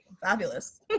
Fabulous